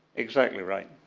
exactly right.